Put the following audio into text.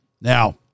Now